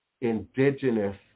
indigenous